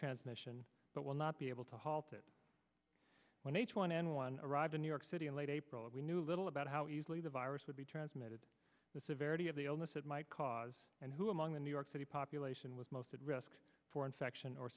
transmission but will not be able to halt it when h one n one arrived in new york city in late april and we knew little about how easily the virus would be transmitted the severity of the onus it might cause and who among the new york city population was most at risk for infection or